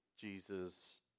Jesus